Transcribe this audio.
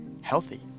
healthy